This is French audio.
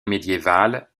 médiévale